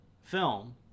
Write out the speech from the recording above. film